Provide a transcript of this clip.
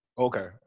okay